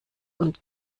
und